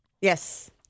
Yes